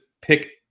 pick